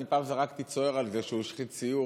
אני פעם זרקתי צוער על זה שהוא השחית ציוד,